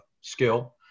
skill